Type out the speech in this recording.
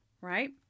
Right